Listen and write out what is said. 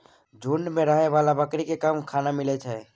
झूंड मे रहै बला बकरी केँ कम खाना मिलइ छै